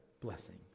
blessing